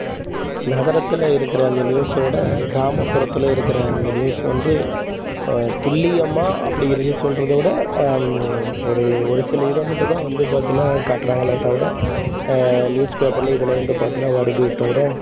நகரத்தில் இருக்கிற அந்த நியூஸோட கிராமப்புறத்தில் இருக்கிற அந்த நியூஸ் வந்து துள்ளியமாக அப்படி இருக்க சொல்றதோட ஒரு ஒரு சில இதை மட்டுந்தான் வந்து பார்த்தினா காட்டுறாங்களே தவிர நியூஸ் பேப்பரில் இதில் வந்து பார்த்துனா வருது தவிற